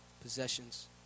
possessions